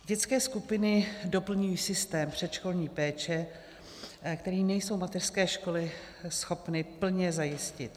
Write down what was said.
Dětské skupiny doplňují systém předškolní péče, který nejsou mateřské školy schopny plně zajistit.